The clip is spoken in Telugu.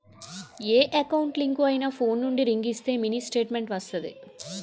ఏ ఎకౌంట్ లింక్ అయినా ఫోన్ నుండి రింగ్ ఇస్తే మినీ స్టేట్మెంట్ వస్తాది